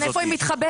איפה היא מתחבאת?